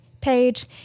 page